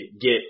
get